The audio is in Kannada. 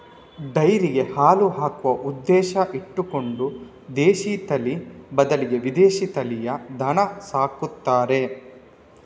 ಡೈರಿಗೆ ಹಾಲು ಹಾಕುವ ಉದ್ದೇಶ ಇಟ್ಕೊಂಡು ದೇಶೀ ತಳಿ ಬದ್ಲಿಗೆ ವಿದೇಶೀ ತಳಿಯ ದನ ಸಾಕ್ತಾರೆ